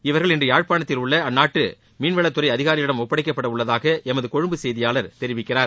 இவர்கள் இன்று யாழ்ப்பாணத்தில் உள்ள அந்நாட்டு மீன்வளத்துறை அதிகாரிகளிடம் ஒப்படைக்கப்பட உள்ளதாக எமது கொழும்பு செய்தியாளர் தெரிவிக்கிறார்